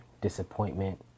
disappointment